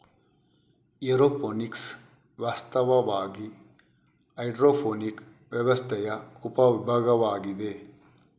aeroponics ವಾಸ್ತವವಾಗಿ hydroponic ವ್ಯವಸ್ಥೆಯ ಉಪ ವಿಭಾಗವಾಗಿದೆ